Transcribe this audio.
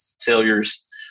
failures